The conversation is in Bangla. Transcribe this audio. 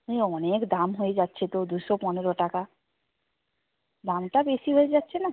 অনেক দাম হয়ে যাচ্ছে তো দুশো পনেরো টাকা দামটা বেশি হয়ে যাচ্ছে না